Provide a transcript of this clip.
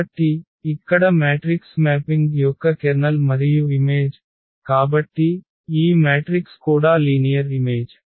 కాబట్టి ఇక్కడ matrix mapping యొక్క కెర్నల్ మరియు ఇమేజ్ కాబట్టి ఈ మ్యాట్రిక్స్ కూడా లీనియర్ ఇమేజ్